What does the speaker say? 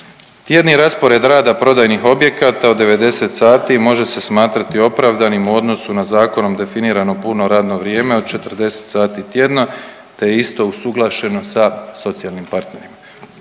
Tjedni raspored rada prodajnih objekata od 90 sati može se smatrati opravdanim u odnosu na zakonom definirano puno radno vrijeme od 40 sati tjedno te je isto usuglašeno sa socijalnim partnerima.